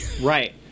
Right